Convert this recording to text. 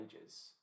Ages